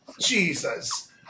Jesus